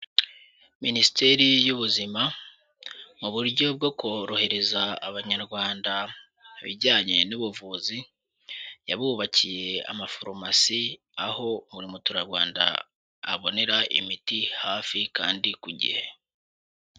Minisiteri y'Ubuzima mu buryo bwo korohereza abanyarwanda ibijyanye n'ubuvuzi, yabubakiye amafarumasi aho buri muturarwanda abonera imiti hafi kandi ku gihe.